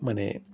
মানে